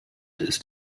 ist